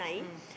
mm